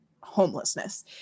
homelessness